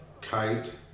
kite